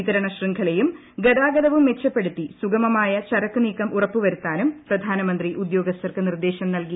വിതരണ ശൃംഖലയും ഗതാഗതവും മെച്ചപ്പെടുത്തി സുഗമമായ ചരക്കുനീക്കം ഉറപ്പുവരുത്താനും പ്രധാനമന്ത്രി ഉദ്യോഗസ്ഥർക്ക് നിർദ്ദേശം നൽകി